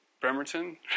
Bremerton